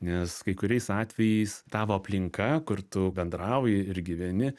nes kai kuriais atvejais tavo aplinka kur tu bendrauji ir gyveni